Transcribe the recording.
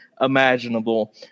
imaginable